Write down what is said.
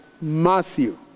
Matthew